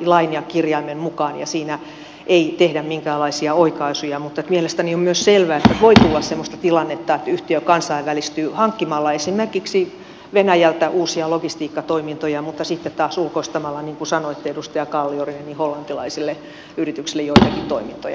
lain ja kirjaimen mukaan ja siinä ei tehdä minkäänlaisia oikaisuja mutta mielestäni on myös selvää että voi tulla semmoinen tilanne että yhtiö kansainvälistyy hankkimalla esimerkiksi venäjältä uusia logistiikkatoimintoja mutta sitten taas ulkoistamalla niin kuin sanoitte edustaja kalliorinne hollantilaisille yrityksille joitakin toimintoja